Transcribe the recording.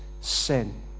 sin